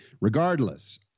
regardless